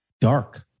dark